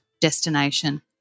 destination